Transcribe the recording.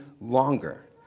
longer